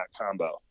combo